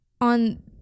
On